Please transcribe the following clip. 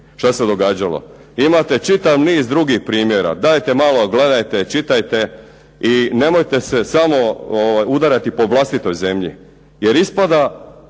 što se događalo. Imate čitav niz drugih primjera. Dajte malo gledajte, čitajte i nemojte se samo udarati po vlastitoj zemlji, jer ispada